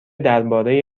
درباره